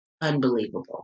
unbelievable